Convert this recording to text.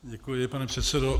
Děkuji, pane předsedo.